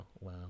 wow